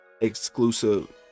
exclusive